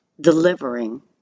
delivering